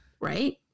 right